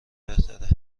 بهتره